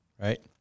right